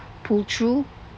pull through